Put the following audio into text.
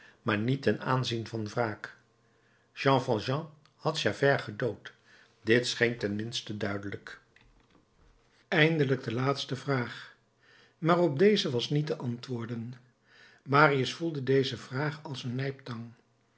maar niet ten aanzien van wraak jean valjean had javert gedood dit scheen ten minste duidelijk eindelijk de laatste vraag maar op deze was niet te antwoorden marius voelde deze vraag als een